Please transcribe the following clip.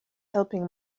helping